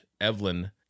Evelyn